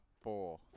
four